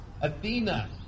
Athena